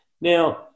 Now